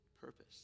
purpose